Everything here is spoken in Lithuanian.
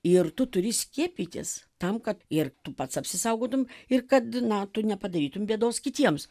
ir tu turi skiepytis tam kad ir tu pats apsisaugotum ir kad na tu nepadarytum bėdos kitiems